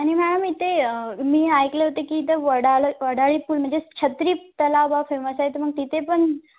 आणि मॅडम इथे मी ऐकलं होते की इथं वडाल वडाळी फूल म्हणजे च छत्रीतलाव हा फेमस आहे तर मग तिथे पण